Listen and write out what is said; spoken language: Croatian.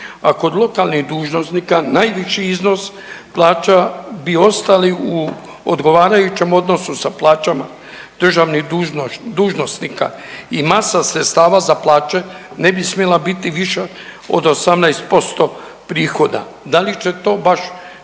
a kod lokalnih dužnosnika najviši iznos plaća bi ostali u odgovarajućem odnosu sa plaćama državnih dužnosnika. I masa sredstava za plaće ne bi smjela biti viša od 18% prihoda. Da li će to baš